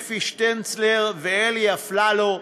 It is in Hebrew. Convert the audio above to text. אפי שטנצלר ואלי אפללו,